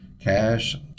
cash